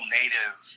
native